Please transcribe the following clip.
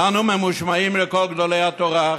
אנו נשמעים לקול גדולי התורה,